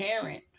parent